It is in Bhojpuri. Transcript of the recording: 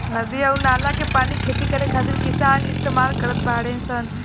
नदी अउर नाला के पानी खेती करे खातिर किसान इस्तमाल करत बाडे सन